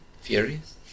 furious